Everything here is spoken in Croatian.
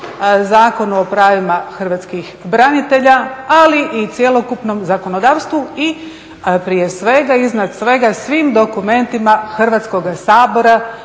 Zakonu o pravima hrvatskih branitelja ali i cjelokupnom zakonodavstvu i prije svega i iznad svega svim dokumentima Hrvatskoga sabora